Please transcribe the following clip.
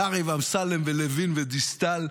קרעי ואמסלם, לוין ודיסטל,